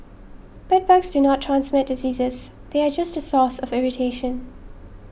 bedbugs do not transmit diseases they are just a source of irritation